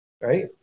right